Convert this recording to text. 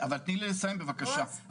תני לי לסיים, בבקשה.